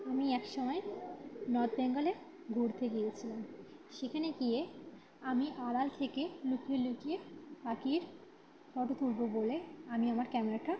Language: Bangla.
আমি এক সময় নর্থ বেঙ্গলে ঘুরতে গিয়েছিলাম সেখানে গিয়ে আমি আড়াল থেকে লুকিয়ে লুকিয়ে পাখির ফোটো তুলব বলে আমি আমার ক্যামেরাটা